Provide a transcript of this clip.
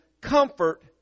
comfort